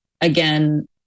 Again